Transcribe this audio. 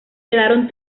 quedaron